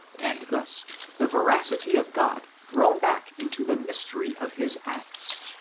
and thus the veracity of god thrown back into the mysteries of his acts,